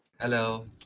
Hello